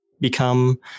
become